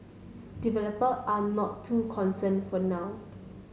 developer are not too concern for now